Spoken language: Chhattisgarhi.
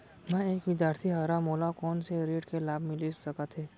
मैं एक विद्यार्थी हरव, मोला कोन से ऋण के लाभ मिलिस सकत हे?